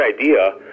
idea